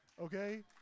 okay